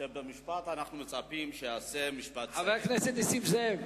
תודה לחבר הכנסת נסים זאב.